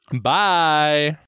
Bye